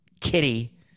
kitty